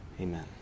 amen